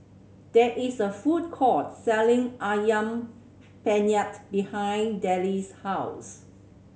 there is a food court selling Ayam Penyet behind Delle's house